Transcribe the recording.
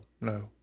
No